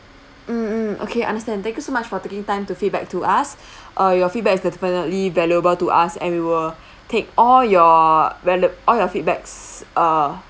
mmhmm okay understand thank you so much for taking time to feedback to us err your feedback is definitely valuable to us and we will take all your valid all your feedbacks err